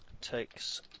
Takes